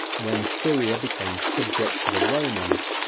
when syria became subject to the romans,